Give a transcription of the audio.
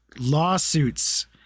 lawsuits